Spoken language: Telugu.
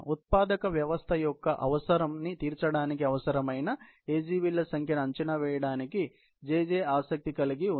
ఉత్పాదక వ్యవస్థ యొక్క అవసరాన్ని తీర్చడానికి అవసరమైన AGV ల సంఖ్యను అంచనా వేయడానికి JJ ఆసక్తి కలిగి ఉంది